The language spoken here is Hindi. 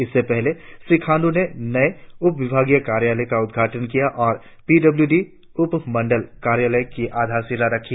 इससे पहले श्री खांड्र ने नए उप विभागीय कार्यालय का उदघाटन किया और पीडब्लूडी उप मंडल कार्यालय की आधारशिला रखी